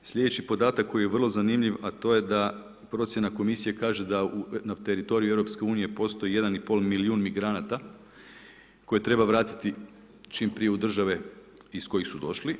Slijedeći podatak koji je vrlo zanimljiv, a to je da procjena Komisije kaže da na teritoriju EU postoji jedan i pol milijun migranata koje treba vratiti čim prije u države iz kojih su došli.